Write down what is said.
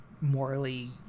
morally